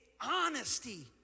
Honesty